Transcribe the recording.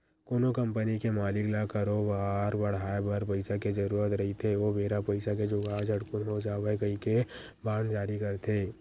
कोनो कंपनी के मालिक ल करोबार बड़हाय बर पइसा के जरुरत रहिथे ओ बेरा पइसा के जुगाड़ झटकून हो जावय कहिके बांड जारी करथे